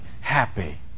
happy